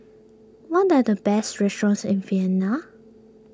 what are the best restaurants in Vienna